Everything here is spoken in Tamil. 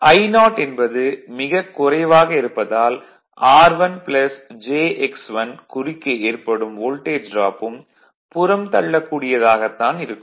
I0 என்பது மிக குறைவாக இருப்பதால் R1 j X1 குறுக்கே ஏற்படும் வோல்டேஜ் டிராப்பும் புறந்தள்ளக் கூடியதாகத் தான் இருக்கும்